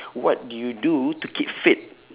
what do you do to keep fit